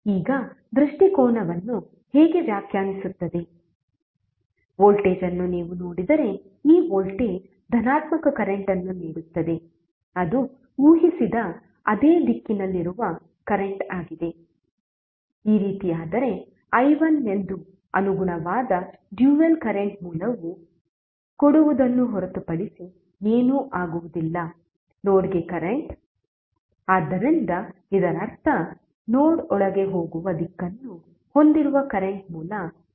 ಈಗ ದೃಷ್ಟಿಕೋನವನ್ನು ಹೇಗೆ ವ್ಯಾಖ್ಯಾನಿಸುತ್ತದೆ ವೋಲ್ಟೇಜ್ ಅನ್ನು ನೀವು ನೋಡಿದರೆ ಈ ವೋಲ್ಟೇಜ್ ಧನಾತ್ಮಕ ಕರೆಂಟ್ ಅನ್ನು ನೀಡುತ್ತದೆ ಅದು ಊಹಿಸಿದ ಅದೇ ದಿಕ್ಕಿನಲ್ಲಿರುವ ಕರೆಂಟ್ ಆಗಿದೆ ಈ ರೀತಿಯಾದರೆ i1ಎಂದು ಅನುಗುಣವಾದ ಡ್ಯುಯಲ್ ಕರೆಂಟ್ ಮೂಲವು ಕೊಡುವುದನ್ನು ಹೊರತುಪಡಿಸಿ ಏನೂ ಆಗುವುದಿಲ್ಲ ನೋಡ್ಗೆ ಕರೆಂಟ್ ಆದ್ದರಿಂದ ಇದರರ್ಥ ನೋಡ್ ಒಳಗೆ ಹೋಗುವ ದಿಕ್ಕನ್ನು ಹೊಂದಿರುವ ಕರೆಂಟ್ ಮೂಲ v1